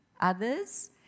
others